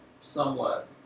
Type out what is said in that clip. somewhat